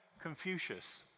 Confucius